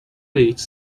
reach